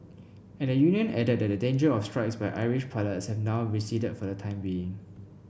and the union added that the danger of strikes by Irish pilots had now receded for the time being